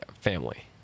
family